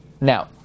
Now